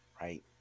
right